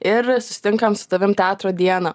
ir susitinkam su tavim teatro dieną